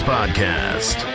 Podcast